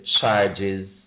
charges